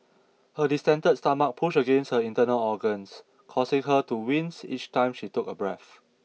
her distended stomach pushed against her internal organs causing her to wince each time she took a breath